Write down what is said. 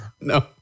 no